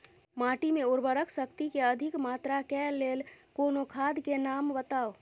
माटि मे उर्वरक शक्ति केँ अधिक मात्रा केँ लेल कोनो खाद केँ नाम बताऊ?